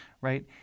right